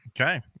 okay